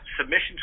submissions